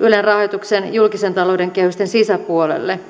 ylen rahoituksen julkisen talouden kehysten sisäpuolelle